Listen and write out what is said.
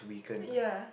ya